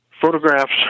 Photographs